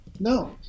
No